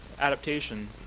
adaptation